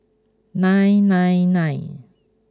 nine nine nine